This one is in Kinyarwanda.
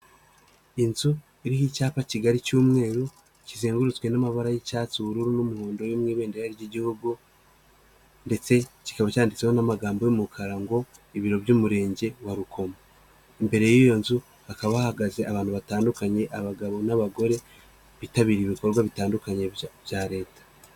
Inzu iriho icyapa kiga cy'umweru, kizengurutswe n'amabara y'icyatsi ubururu n'umuhondo yo mu ibendera ry'igihugu ndetse kikaba cyanditseho n'amagambo y'umukara ngo, ibiro by'Umurenge wa Rukomo. Imbere y'iyo nzu, hakaba hahagaze abantu batandukanye abagabo n'abagore, bitabiriye ibikorwa bitandukanye bya Leta.